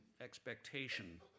expectation